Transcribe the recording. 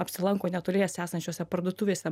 apsilanko netoliese esančiose parduotuvėse